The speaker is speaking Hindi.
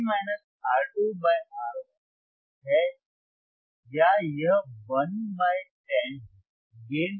तो gain minus R2 by R1 है या यह 1 बाय 10 है